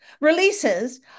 releases